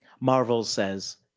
marvell says,